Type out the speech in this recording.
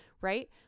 right